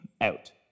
out